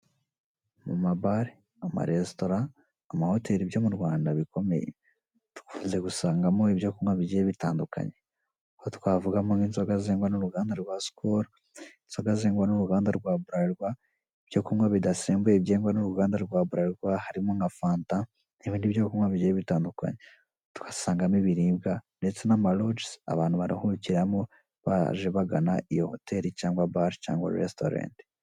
Mu ma bar, amaresitora, amahoteri byo mu Rwanda bikomeye dukunze gusangamo ibyo kunywa bigiye bitandukanye aho twavugamo nk'inzoga zengwa n'uruganda rwa SKOL, inzoga zengwa n'uruganda rwa BLARIRWA, ibyo kunywa bidasembuye byengwa n'uruganda rwa BLARIRWA harimo nka fanta n'ibindi byo kunywa bigiye bitandukanye, tuhasangamo ibiribwa ndetse n'ama lodges abantu baruhukiramo baje bagana iyo hoteli cyangwa bar cyangwa restaurant.